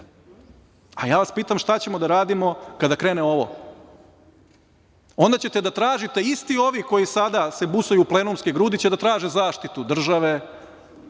vas pitam - šta ćemo da radimo kada krene ovo? Onda ćete da tražite, isti ovi koji se sada busaju u plenumske grudi će da traže zaštitu države,